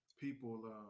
people